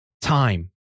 time